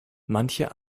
manche